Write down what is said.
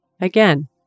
Again